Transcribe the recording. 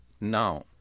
now